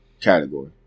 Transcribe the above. category